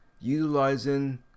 utilizing